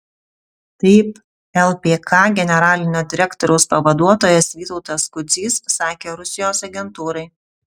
taip lpk generalinio direktoriaus pavaduotojas vytautas kudzys sakė rusijos agentūrai